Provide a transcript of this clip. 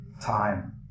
time